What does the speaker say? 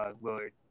Willard